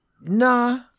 nah